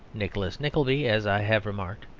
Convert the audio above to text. nicholas nickleby, as i have remarked,